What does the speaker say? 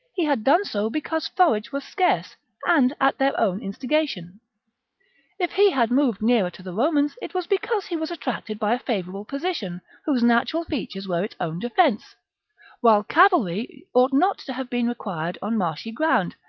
he had done so because forage was scarce and at their own instigation if he had moved nearer to the romans, it was because he was attracted by a favourable position, whose natural features were its own defence while cavalry ought not to have been required on marshy ground,